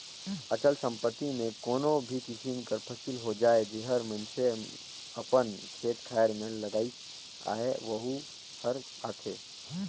अचल संपत्ति में कोनो भी किसिम कर फसिल होए जेहर मइनसे अपन खेत खाएर में लगाइस अहे वहूँ हर आथे